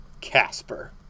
Casper